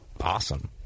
awesome